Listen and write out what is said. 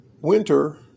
winter